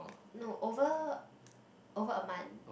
no over over a month